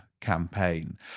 campaign